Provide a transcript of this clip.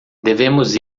devemos